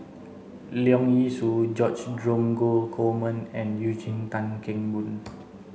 Leong Yee Soo George Dromgold Coleman and Eugene Tan Kheng Boon